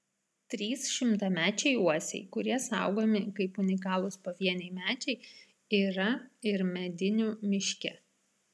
trys šimtamečiai uosiai kurie saugomi kaip unikalūs pavieniai medžiai yra ir medinių miške